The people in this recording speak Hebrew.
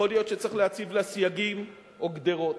יכול להיות שצריך להציב לה סייגים או גדרות.